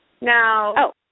Now